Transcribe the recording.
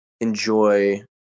enjoy